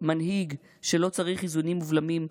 מנהיג שלא צריך איזונים ובלמים.